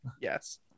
Yes